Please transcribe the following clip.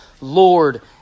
Lord